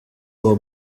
uwo